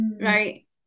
right